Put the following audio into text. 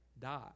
die